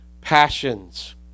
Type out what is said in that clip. passions